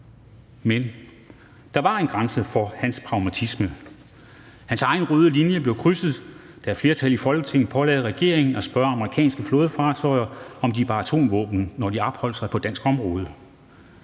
Men der var en grænse for hans pragmatisme. Hans egen røde linje blev krydset, da et flertal i Folketinget pålagde regeringen at spørge amerikanske flådefartøjer, om de bar atomvåben, når de opholdt sig på dansk område.